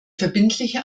verbindliche